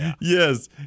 Yes